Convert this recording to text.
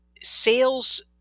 sales